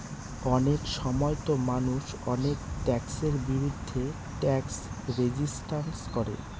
অনেক সময়তো মানুষ অনেক ট্যাক্সের বিরুদ্ধে ট্যাক্স রেজিস্ট্যান্স করে